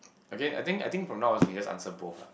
okay I think I think from now on I can just answer both ah